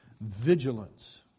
vigilance